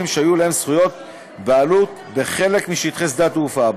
שהיו להם זכויות בעלות בחלק משטחי שדה-התעופה,